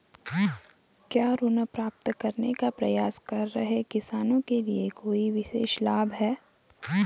क्या ऋण प्राप्त करने का प्रयास कर रहे किसानों के लिए कोई विशेष लाभ हैं?